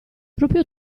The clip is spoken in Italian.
proprio